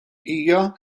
hija